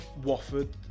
wofford